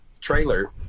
trailer